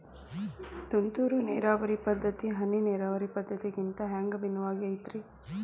ತುಂತುರು ನೇರಾವರಿ ಪದ್ಧತಿ, ಹನಿ ನೇರಾವರಿ ಪದ್ಧತಿಗಿಂತ ಹ್ಯಾಂಗ ಭಿನ್ನವಾಗಿ ಐತ್ರಿ?